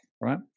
right